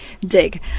dig